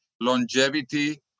longevity